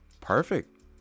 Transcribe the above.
Perfect